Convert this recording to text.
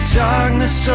darkness